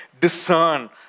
Discern